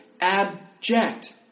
abject